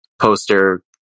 poster